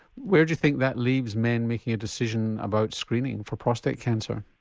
where do you think that leaves men making a decision about screening for prostate cancer?